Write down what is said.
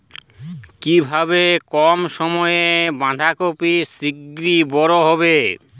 কিভাবে কম সময়ে বাঁধাকপি শিঘ্র বড় হবে?